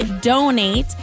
donate